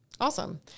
Awesome